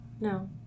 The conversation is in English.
no